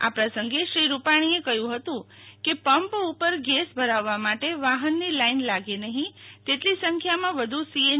આ પ્રસંગે શ્રી રૂપાણીએ કહ્યુ હતુ કે પંપ ઉપર ગેસ ભરાવવા માટે વાહનની લાઈન લાગે નહી તેટલી સંખ્યામાં વધુ સીએન